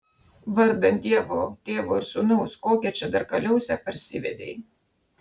vardan dievo tėvo ir sūnaus kokią čia dar kaliausę parsivedei